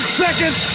seconds